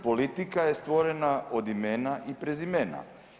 Politika je stvorena od imena i prezimena.